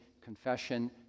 confession